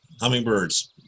Hummingbirds